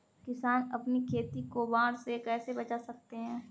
किसान अपनी खेती को बाढ़ से कैसे बचा सकते हैं?